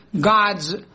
God's